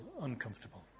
uncomfortable